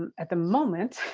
at the moment,